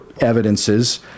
evidences